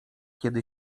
kiedy